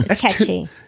catchy